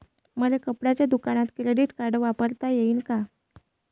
मले कपड्याच्या दुकानात क्रेडिट कार्ड वापरता येईन का?